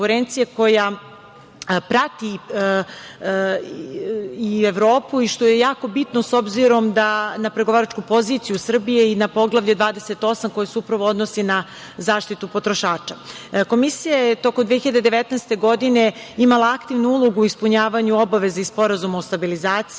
koja prati Evropu i, što je jako bitno, s obzirom na pregovaračku poziciju Srbije i na Poglavlje 28 koje se upravo odnosi na zaštitu potrošača. Komisija je u toku 2019. godine imala aktivnu ulogu u ispunjavanju obaveza iz Sporazuma o stabilizaciji